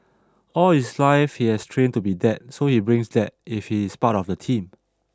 all his life he has trained to be that so he brings that if he is part of the team